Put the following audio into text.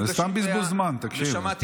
זה סתם בזבוז זמן, תקשיב.